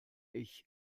ich